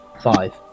Five